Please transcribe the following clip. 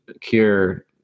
cure